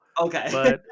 Okay